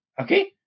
okay